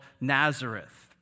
Nazareth